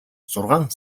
зургаан